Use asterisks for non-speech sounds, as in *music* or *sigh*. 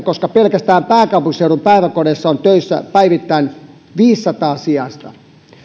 *unintelligible* koska pelkästään pääkaupunkiseudun päiväkodeissa on töissä päivittäin viisisataa sijaista